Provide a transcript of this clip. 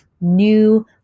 new